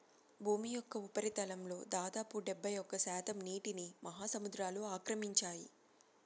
భూమి యొక్క ఉపరితలంలో దాదాపు డెబ్బైఒక్క శాతం నీటిని మహాసముద్రాలు ఆక్రమించాయి